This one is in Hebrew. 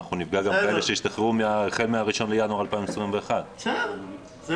אנחנו נפגע גם בכאלה שהשתחררו החל מ-1 בינואר 2021. בסדר,